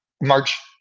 March